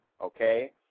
okay